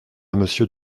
monsieur